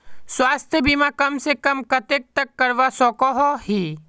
स्वास्थ्य बीमा कम से कम कतेक तक करवा सकोहो ही?